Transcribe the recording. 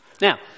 Now